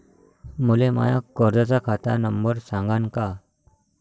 मले माया कर्जाचा खात नंबर सांगान का?